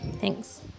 Thanks